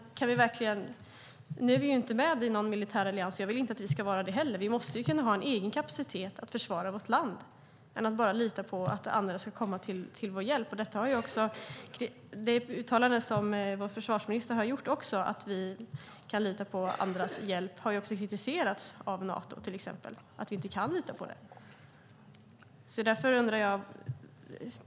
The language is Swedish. Vi är inte med i någon militär allians - jag vill inte heller att vi ska vara det - och vi måste kunna ha en egen kapacitet att försvara vårt land och inte bara lita på att andra ska komma till vår hjälp. Det uttalande som vår försvarsminister har gjort om att vi kan lita på andras hjälp har också kritiserats av Nato som har sagt att vi inte kan lita på att vi får hjälp från andra.